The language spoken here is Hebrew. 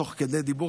תוך כדי דיבור,